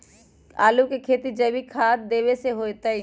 आलु के खेती जैविक खाध देवे से होतई?